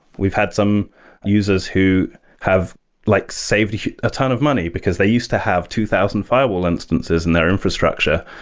we've had some users who have like saved a ton of money because they used to have two thousand firewall instances in their infrastructure,